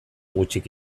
gutxik